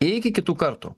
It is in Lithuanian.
iki kitų kartų